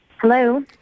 Hello